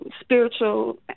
spiritual